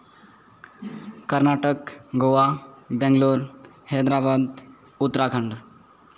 Karnataka Goa Bangalore Hyderabad Uttarakhand